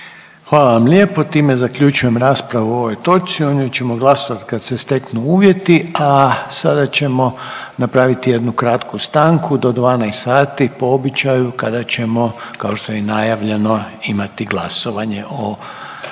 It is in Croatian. Hvala vama lijepo. Time zaključujem raspravu o ovoj točci, o njoj ćemo glasovat kad se steknu uvjeti. A sada ćemo napraviti jednu kratku stanku do 12,00 po običaju kada ćemo kao što je i najavljeno imati glasovanje o